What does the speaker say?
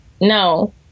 No